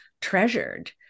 treasured